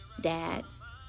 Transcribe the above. dads